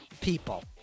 people